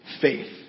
faith